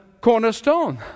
cornerstone